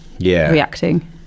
reacting